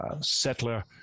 settler